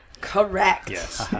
Correct